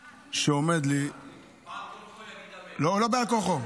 שעומד, בעל כורחו, לא, לא בעל כורחו.